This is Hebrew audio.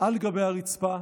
על גבי הרצפה,